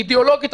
אידאולוגית,